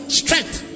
strength